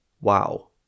Wow